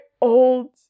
old